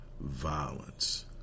violence